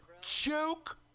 Joke